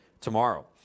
tomorrow